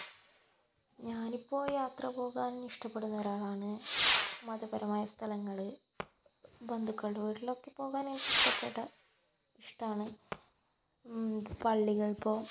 ഞാനിപ്പോൾ യാത്ര പോകാൻ ഇഷ്ടപ്പെടുന്ന ഒരാളാണ് മതപരമായ സ്ഥലങ്ങൾ ബന്ധുക്കളുടെ വീട്ടിലൊക്കെ പോകാൻ എനിക്ക് ഇഷ്ടപ്പെട്ട ഇഷ്ടമാണ് പള്ളികൾ ഇപ്പോൾ